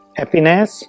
happiness